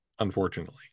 unfortunately